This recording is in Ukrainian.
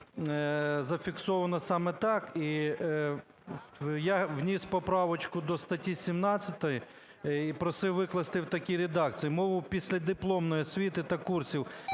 зафіксовано саме так, і я вніс поправочку до статті 17, і просив викласти в такій редакції: "Мовою післядипломної освіти та курсів